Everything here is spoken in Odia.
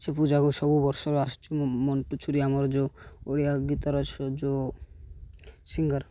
ସେ ପୂଜାକୁ ସବୁ ବର୍ଷର ଆସୁଛି ମଣ୍ଟୁ ଛୁରିଆ ଆମର ଯେଉଁ ଓଡ଼ିଆ ଗୀତର ଯେଉଁ ସିଙ୍ଗର୍